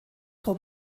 pro